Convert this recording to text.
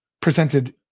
presented